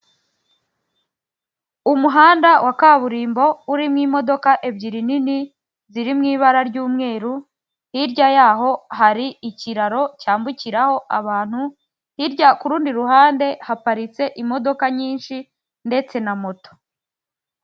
Umuhanda wa kaburimbo urimo imodoka ebyiri nini ziri mu ibara ry'umweru hirya yaho hari ikiraro cyambukiraho abantu hirya ku rundi ruhande haparitse imodoka nyinshi ndetse na moto.